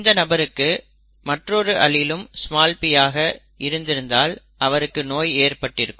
இந்த நபருக்கு மற்றொரு அலீலும் p ஆக இருந்திருந்தால் அவருக்கு நோய் ஏற்பட்டிருக்கும்